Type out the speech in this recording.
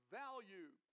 value